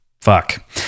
fuck